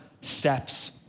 steps